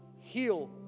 heal